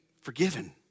forgiven